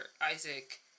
Isaac